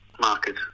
market